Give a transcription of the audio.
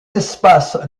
espace